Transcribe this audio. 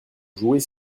jouer